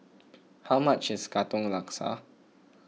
how much is Katong Laksa